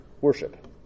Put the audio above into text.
worship